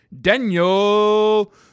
Daniel